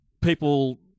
people